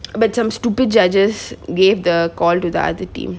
but some stupid judges gave the call to the other team